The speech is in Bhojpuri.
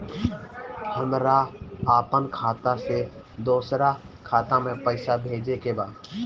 हमरा आपन खाता से दोसरा खाता में पइसा भेजे के बा